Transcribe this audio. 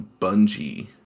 Bungie